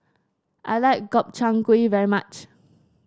I like Gobchang Gui very much